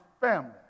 family